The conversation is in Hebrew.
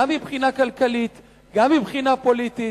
גם מבחינה כלכלית, גם מבחינה פוליטית.